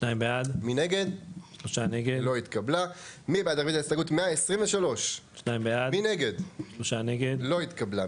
הצבעה בעד, 2 נגד, 3 נמנעים, 0 הרביזיה לא התקבלה.